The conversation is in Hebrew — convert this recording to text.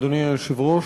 אדוני היושב-ראש,